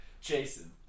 Jason